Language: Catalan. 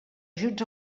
ajuts